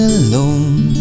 alone